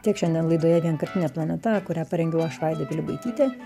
tiek šiandien laidoje vienkartinė planeta kurią parengiau aš vaida pilibaitytė